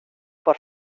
por